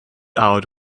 out